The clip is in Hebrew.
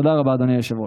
תודה רבה, אדוני היושב-ראש.